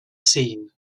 scene